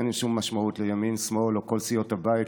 אין שום משמעות לימין שמאל או כל סיעות הבית,